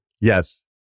Yes